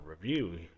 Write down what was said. review